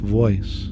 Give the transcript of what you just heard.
voice